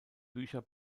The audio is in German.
bücher